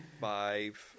five